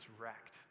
wrecked